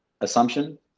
assumption